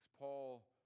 Paul